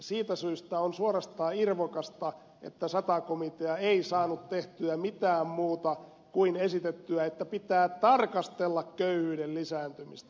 siitä syystä on suorastaan irvokasta että sata komitea ei saanut tehtyä mitään muuta kuin esitettyä että pitää tarkastella köyhyyden lisääntymistä